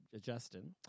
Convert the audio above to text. Justin